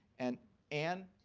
and anne,